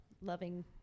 loving